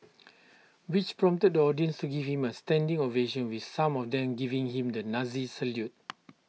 which prompted the audience to give him A standing ovation with some of them giving him the Nazi salute